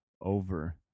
over